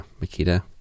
Makita